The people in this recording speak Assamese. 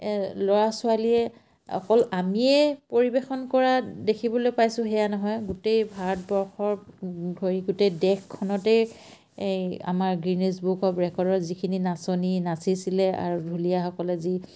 ল'ৰা ছোৱালীয়ে অকল আমিয়ে পৰিৱেশন কৰা দেখিবলৈ পাইছোঁ সেয়া নহয় গোটেই ভাৰতবৰ্ষৰ ধৰি গোটেই দেশখনতেই এই আমাৰ গ্ৰীণিজ বুক অফ ৰেকৰ্ডৰ যিখিনি নাচনি নাচিছিলে আৰু ঢুলীয়াসকলে যি